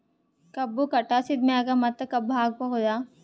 ಕಬ್ಬು ಕಟಾಸಿದ್ ಮ್ಯಾಗ ಮತ್ತ ಕಬ್ಬು ಹಾಕಬಹುದಾ?